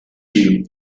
you